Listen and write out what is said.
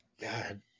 God